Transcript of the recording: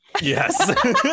Yes